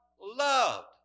loved